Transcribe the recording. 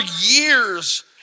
years